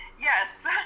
Yes